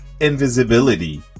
invisibility